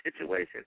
situation